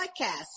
podcast